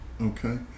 Okay